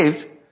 saved